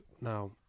now